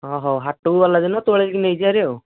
ହଁ ହଉ ହାଟକୁ ଗଲାଦିନ ତୋଳିକି ନେଇ ଯିବା ହେରି ଆଉ